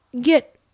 get